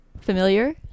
Familiar